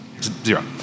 Zero